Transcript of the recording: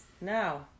No